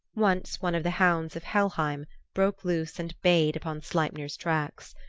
once one of the hounds of helheim broke loose and bayed upon sleipner's tracks.